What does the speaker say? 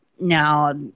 Now